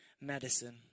medicine